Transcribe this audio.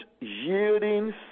yielding